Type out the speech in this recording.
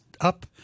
up